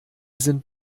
sind